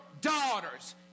daughters